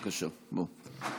בבקשה, בוא.